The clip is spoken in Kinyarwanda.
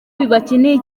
bibakeneye